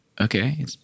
Okay